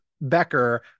Becker